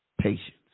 patience